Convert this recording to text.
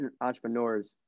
entrepreneurs